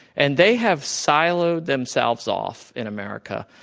and they have siloed themselves off in america,